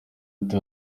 ati